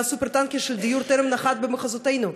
הסופר-טנקר של דיור טרם נחת במחוזותינו,